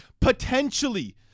Potentially